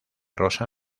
rosa